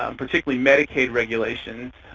um particularly medicaid regulations,